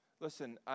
Listen